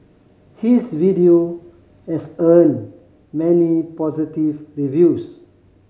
his video has earned many positive reviews